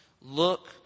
look